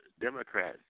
Democrats